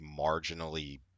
marginally